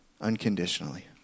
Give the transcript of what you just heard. unconditionally